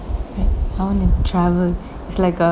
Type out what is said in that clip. but I want to travel is like a